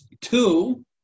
two